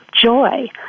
joy